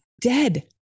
Dead